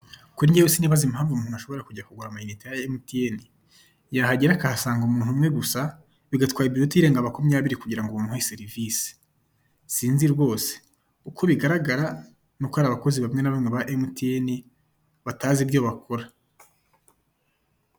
Kuri njye sinzibaza impamvu umuntu ashobora kujya kugura amayinite ya mtn, yahagera akahasanga umuntu umwe gusa. bigatwara iminota irenga makumyabiri kugira ngo umuhe serivisi sinzi rwose, uko bigaragara nuko hari abakozi bamwe n'bamwe ba mtn batazi ibyo bakora.